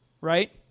right